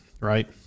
right